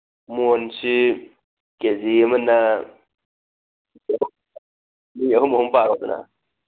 ꯃꯣꯟꯁꯤ ꯀꯦ ꯖꯤ ꯑꯃꯅ ꯃꯤ ꯑꯈꯨꯝ ꯑꯍꯨꯝ ꯄꯥꯔꯣꯗꯅ